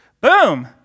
Boom